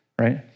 right